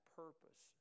purpose